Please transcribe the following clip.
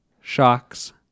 shocks